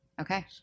Okay